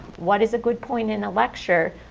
what is a good point in a lecture?